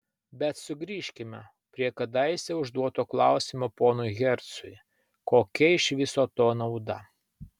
bet sugrįžkime prie kadaise užduoto klausimo ponui hercui kokia iš viso to nauda